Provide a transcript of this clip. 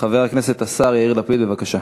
חבר הכנסת השר יאיר לפיד, בבקשה.